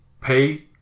pay